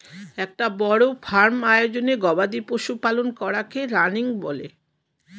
একটা বড় ফার্ম আয়োজনে গবাদি পশু পালন করাকে রানিং বলে